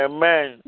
Amen